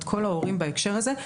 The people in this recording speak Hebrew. את קול ההורים בהקשר הזה,